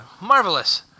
Marvelous